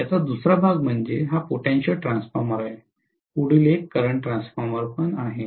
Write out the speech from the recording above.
याचा दुसरा भाग म्हणजे हा पोटेंशियल ट्रान्सफॉर्मर आहे पुढील एक करंट ट्रान्सफॉर्मर आहे